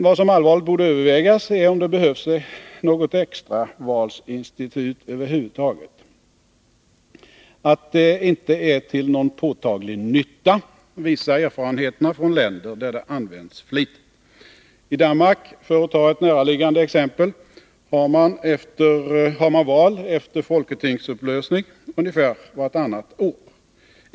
Vad som allvarligt borde övervägas är om det behövs något extravalsinstitut över huvud taget. Att det inte är till någon påtaglig nytta visar erfarenheterna från länder där det används flitigt. I Danmark — för att ta ett näraliggande exempel — har man val efter folketingsupplösning ungefär vartannat år.